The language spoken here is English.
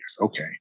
Okay